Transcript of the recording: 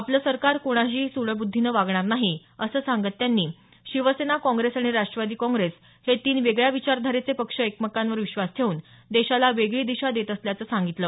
आपलं सरकार कोणाशीही सुडबुद्धीनं वागणार नाही असं सांगत त्यांनी शिवसेना काँग्रेस आणि राष्ट्रवादी काँग्रेस हे तीन वेगळ्या विाचरधारेचे पक्ष एकमेकांवर विश्वास ठेऊन देशाला वेगळी दिशा देत असल्याचं सांगितलं